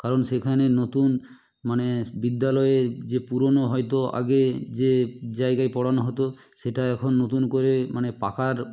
কারণ সেখানে নতুন মানে বিদ্যালয়ে যে পুরোনো হয়তো আগে যে জায়গায় পড়ানো হতো সেটা এখন নতুন করে মানে পাকার